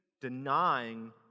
denying